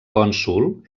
cònsol